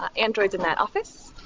androids in that office,